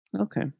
okay